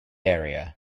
area